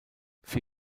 für